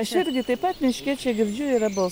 aš irgi taip pat miške čia girdžiu yra bal